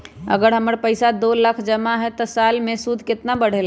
अगर हमर पैसा दो लाख जमा है त साल के सूद केतना बढेला?